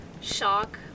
shock